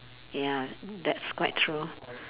ya that's quite true